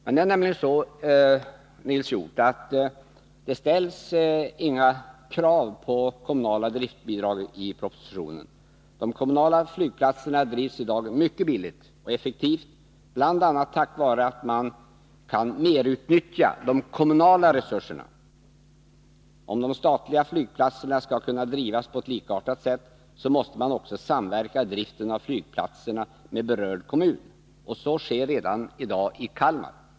Men det är så, Nils Hjorth, att det inte ställs några krav på kommunala driftbidrag i propositionen. De kommunala flygplatserna drivs i dag mycket billigt och effektivt, bl.a. tack vare att man kan merutnyttja de kommunala resurserna. Om de statliga flygplatserna skall kunna drivas på ett likartat sätt måste staten också kunna samverka med berörda kommuner i driften av flygplatserna. Så sker redan i dag i Kalmar.